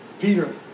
Peter